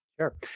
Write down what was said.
Sure